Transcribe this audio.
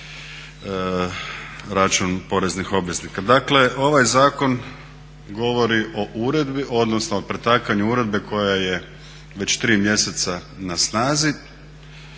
Dakle, ovaj zakon govorio o uredbi, odnosno o pretakanju uredbe koja je već tri mjeseca na snazi